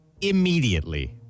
immediately